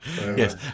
Yes